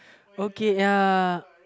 okay ya